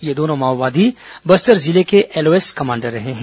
ये दोनों माओवादी बस्तर जिले के एलओएस कमांडर रहे हैं